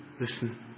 Listen